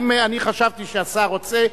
אני חשבתי שהשר רוצה.